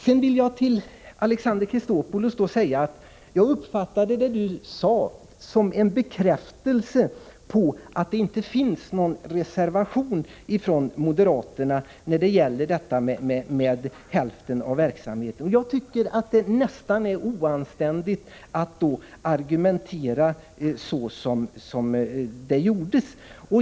Jag vill säga till Alexander Chrisopoulos att jag uppfattade det han sade som en bekräftelse på att det inte finns någon reservation från kommunisterna när det gäller förslaget om hälften av verksamheten. Jag tycker att det är nästan oanständigt att då argumentera såsom det gjordes.